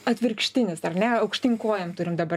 atvirkštinis ar ne aukštyn kojom turim dabar